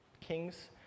kings